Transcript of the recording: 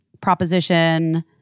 proposition